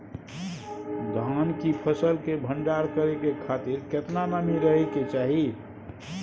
धान की फसल के भंडार करै के खातिर केतना नमी रहै के चाही?